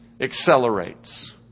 accelerates